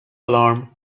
alarm